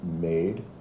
made